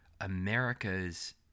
America's